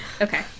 Okay